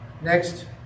Next